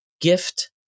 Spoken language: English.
gift